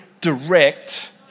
direct